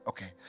Okay